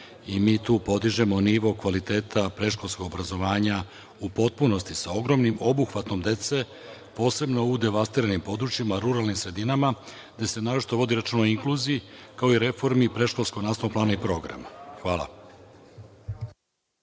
i mi tu podižemo nivo kvaliteta predškolskog obrazovanja u potpunosti, sa ogromnim obuhvatom dece, posebno u devastiranim područjima, ruralnim sredinama, gde se naročito vodi računa o inkluziji, kao i reformi predškolskog nastavnog plana i programa. Hvala.